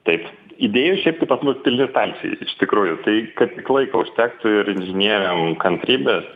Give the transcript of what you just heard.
taip idėjų šiaip tai pas mus pilni stalčiai iš tikrųjų tai kad tik laiko užtektų ir inžinieriam kantrybės